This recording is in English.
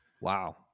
wow